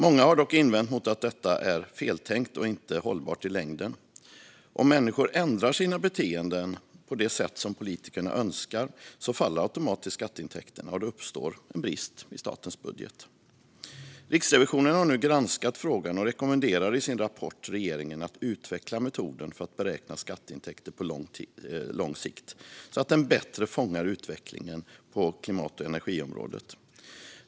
Många har dock invänt mot att detta är feltänkt och inte hållbart i längden. Om människor ändrar sina beteenden på det sätt som politikerna önskar faller automatiskt skatteintäkterna och det uppstår en brist i statens budget. Riksrevisionen har nu granskat frågan, och i sin rapport rekommenderar de regeringen att utveckla metoden för att beräkna skatteintäkter på lång sikt så att den bättre fångar utvecklingen på klimat och energiområdet.